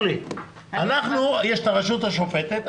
יש את הרשות השופטת,